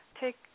take